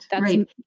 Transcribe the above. right